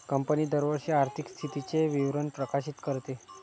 company दरवर्षी आर्थिक स्थितीचे विवरण प्रकाशित करते